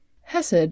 Hesed